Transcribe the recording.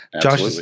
Josh